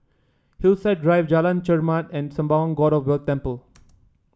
Hillside Drive Jalan Chermat and Sembawang God of Wealth Temple